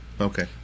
Okay